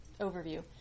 overview